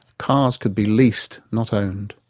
cars could be leased not owned.